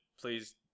Please